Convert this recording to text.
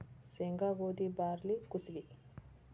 ಸೇಂಗಾ, ಗೋದಿ, ಬಾರ್ಲಿ ಕುಸಿಬಿ